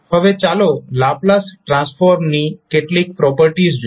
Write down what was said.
હવે ચાલો લાપ્લાસ ટ્રાન્સફોર્મની કેટલીક પ્રોપર્ટીઝ જોઈએ